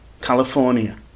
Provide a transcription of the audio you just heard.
California